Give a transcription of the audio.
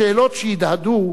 השאלות שהדהדו